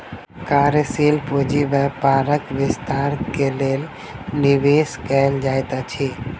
कार्यशील पूंजी व्यापारक विस्तार के लेल निवेश कयल जाइत अछि